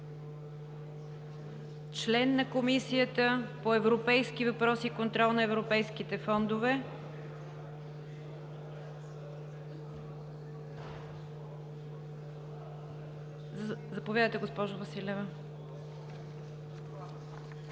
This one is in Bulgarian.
Член на Комисията по европейските въпроси и контрол на европейските фондове? Заповядайте, госпожо Василева.